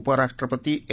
उपराष्ट्रपती एम